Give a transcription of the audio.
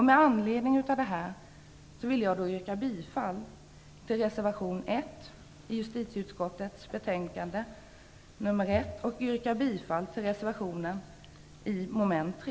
Med anledning härav yrkar jag bifall till reservation 1 i justitieutskottets betänkande 1 och bifall till reservationen under mom. 3.